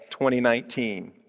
2019